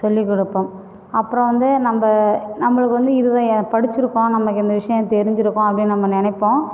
சொல்லிக் குடுப்போம் அப்புறம் வந்து நம்ம நம்மளுக்கு வந்து இதுதா படிச்சிருப்போம் நமக்கு இந்த விஷயம் தெரிஞ்சிருக்கும் அப்படின்னு நம்ம நினைப்போம்